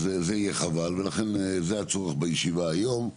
אז זה יהיה חבל ולכן זה הצורך בישיבה היום.